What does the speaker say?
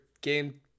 game